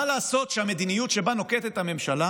מה לעשות שהמדיניות שנוקטת הממשלה